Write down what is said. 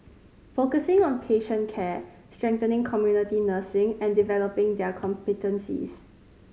focusing on patient care strengthening community nursing and developing their competencies